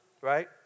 Right